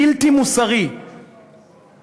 בלתי מוסרי ושגוי,